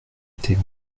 etait